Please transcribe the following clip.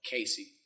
Casey